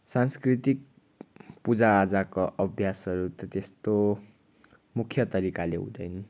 सांस्कृतिक पूजाआजाको अभ्यासहरू त त्यस्तो मुख्य तरिकाले हुँदैन